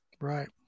right